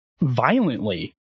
violently